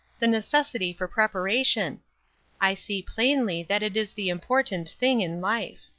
the necessity for preparation i see plainly that it is the important thing in life.